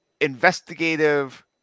investigative